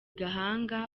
gahanga